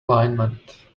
alignment